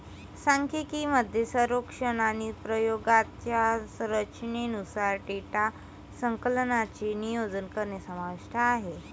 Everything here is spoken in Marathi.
सांख्यिकी मध्ये सर्वेक्षण आणि प्रयोगांच्या रचनेनुसार डेटा संकलनाचे नियोजन करणे समाविष्ट आहे